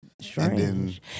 strange